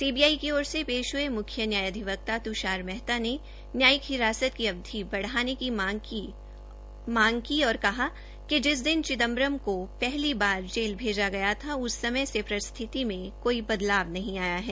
CBI की ओर पेश हये मुख्य न्याय अधिवक्ता तुषार मेहता ने न्यायिक हिरासत की अवधि बढ़ाने की मांग की और कहा कि जिस दिन चिदंम्बरम को पहली बार जेल भेजा गया था उस समय से परिस्थिति में कोई बदलाव नहीं आया है